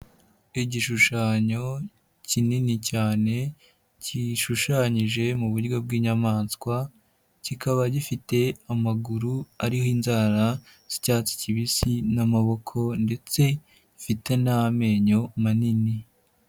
Igishushanyo kinini cyane, gishushanyije mu buryo bw'inyamaswa, kikaba gifite amaguru ariho inzara z'icyatsi kibisi n'amaboko ndetse ifite n'amenyo manini.